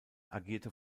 agierte